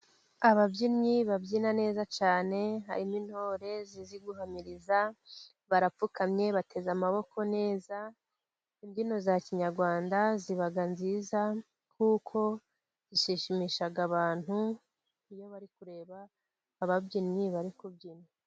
Ababyinnyi babyina neza cyane, harimo intore zizi guhamiriza, barapfukamye bateze amaboko neza, imbyino za kinyarwanda ziba nziza, kuko zishimisha abantu, iyo bari kureba ababyinnyi bari kubyina.